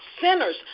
Sinners